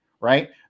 right